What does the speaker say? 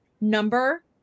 number